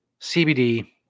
CBD